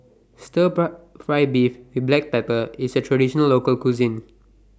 Stir Fry Beef with Black Pepper IS A Traditional Local Cuisine